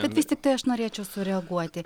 bet vis tiktai aš norėčiau sureaguoti